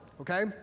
Okay